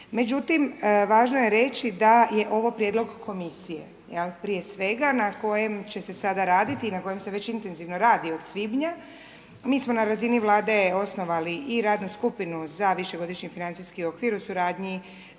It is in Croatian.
Međutim, važno je reći da je ovo prijedlog komisije, prije svega na kojem će se sada raditi i na kojem se već intenzivno radi od svibnja. Mi smo na razini Vlade osnovali i radnu skupinu za višegodišnji financijski okvir u suradnji